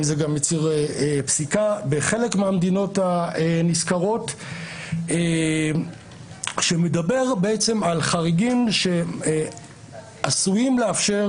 זה בפסיקה בחלק מהמדינות הנסקרות שמדבר על חריגים שעשויים לאפשר